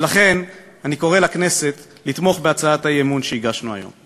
ולכן אני קורא לכנסת לתמוך בהצעת האי-אמון שהגשנו היום.